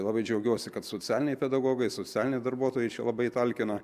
labai džiaugiuosi kad socialiniai pedagogai socialiniai darbuotojai čia labai talkina